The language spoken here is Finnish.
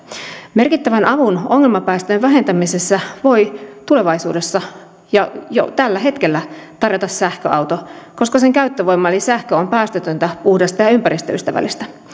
merkittävän alun ongelmapäästöjen vähentämisessä voi tulevaisuudessa ja jo tällä hetkellä tarjota sähköauto koska sen käyttövoima eli sähkö on päästötöntä puhdasta ja ympäristöystävällistä